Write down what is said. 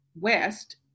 West